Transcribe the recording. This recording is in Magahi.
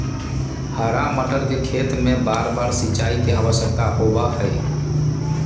हरा मटर के खेत में बारबार सिंचाई के आवश्यकता होबा हई